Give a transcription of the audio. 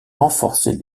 renforcer